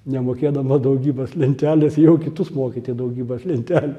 nemokėdamas daugybos lentelės ėjau kitus mokyti daugybos lentelės